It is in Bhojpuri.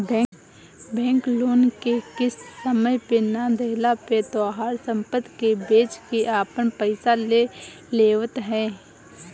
बैंक लोन के किस्त समय पे ना देहला पे तोहार सम्पत्ति के बेच के आपन पईसा ले लेवत ह